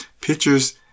pictures